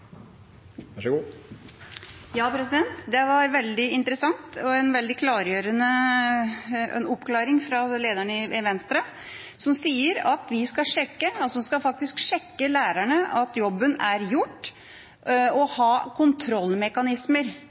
Det var veldig interessant og klargjørende, en oppklaring fra lederen i Venstre som sier at vi faktisk skal sjekke lærerne – sjekke at jobben er gjort. Å ha kontrollmekanismer